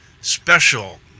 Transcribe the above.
special